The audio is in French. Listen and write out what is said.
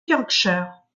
yorkshire